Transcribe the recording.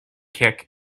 kick